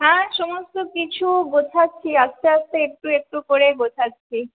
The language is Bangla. হ্যাঁ সমস্ত কিছু গোছাচ্ছি আস্তে আস্তে একটু একটু করে গোছাচ্ছি